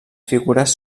figures